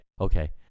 okay